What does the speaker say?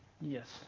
Yes